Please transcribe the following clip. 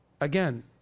again